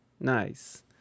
Nice